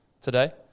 today